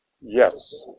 Yes